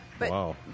Wow